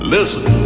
Listen